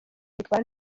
yitwara